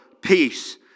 peace